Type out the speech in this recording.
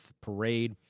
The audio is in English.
parade